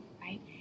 right